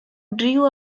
drew